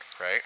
right